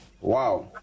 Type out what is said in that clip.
Wow